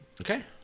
Okay